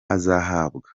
azahabwa